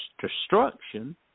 destruction